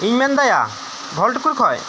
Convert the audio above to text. ᱤᱧ ᱢᱮᱱ ᱫᱟᱭᱟ ᱦᱚᱞ ᱴᱩᱠᱩᱨ ᱠᱷᱚᱱ